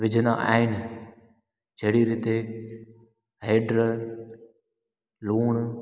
विझंदा आहिनि जहिड़ी रीते हेडु लूणु